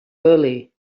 early